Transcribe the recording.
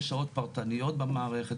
יש שעות פרטניות במערכת,